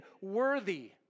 worthy